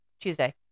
Tuesday